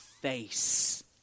face